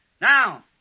Now